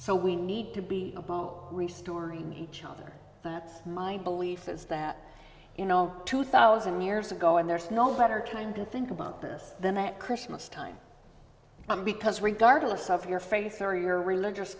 so we need to be restoring each other that's my belief is that you know two thousand years ago and there's no better time to think about this than at christmas time because regardless of your faith or your religious